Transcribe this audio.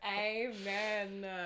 Amen